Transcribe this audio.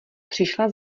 přišla